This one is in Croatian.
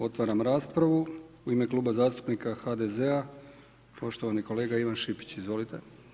Otvaram raspravu, u ime Kluba zastupnika HDZ-a poštovani kolega Ivan Šipić, izvolite.